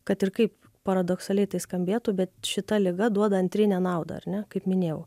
kad ir kaip paradoksaliai tai skambėtų bet šita liga duoda antrinę naudą ar ne kaip minėjau